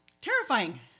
terrifying